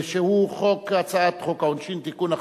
שהיא הצעת חוק העונשין (תיקון,